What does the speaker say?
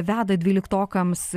veda dvyliktokams